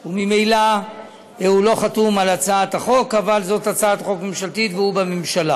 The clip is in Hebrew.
שנייה ושלישית את הצעת חוק המכר (דירות)